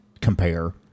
compare